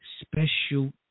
special